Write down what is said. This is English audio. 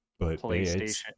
PlayStation